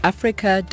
Africa